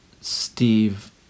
steve